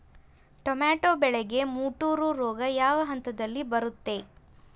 Tomato ಬೆಳೆಗೆ ಮುಟೂರು ರೋಗ ಯಾವ ಹಂತದಲ್ಲಿ ಬರುತ್ತೆ?